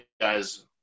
guys